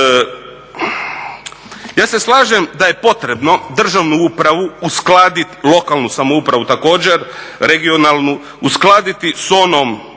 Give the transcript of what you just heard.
Ja se slažem da je potrebno državnu upravu uskladit, lokalnu samoupravu također, regionalnu uskladiti s onom